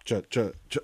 čia čia čia